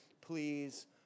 please